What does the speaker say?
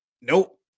Nope